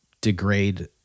degrade